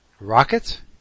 rocket